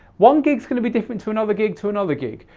one gig is going to be different to another gig to another gig.